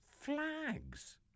flags